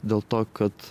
dėl to kad